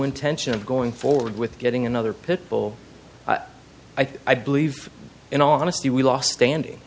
intention of going forward with getting another pit bull i believe in all honesty we last stand